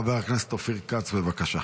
חבר הכנסת אופיר כץ, בבקשה.